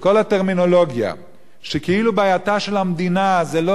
שכל הטרמינולוגיה שכאילו בעייתה של המדינה היא חוק טל,